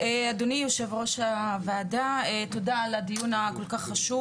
אדוני יושב-ראש הוועדה, תודה על הדיון החשוב.